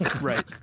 Right